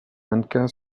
mannequin